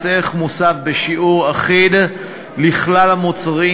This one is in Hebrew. מס ערך מוסף בשיעור אחיד על כלל המוצרים,